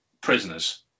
prisoners